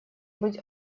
быть